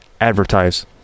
advertise